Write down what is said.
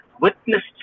witnessed